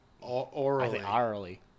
Orally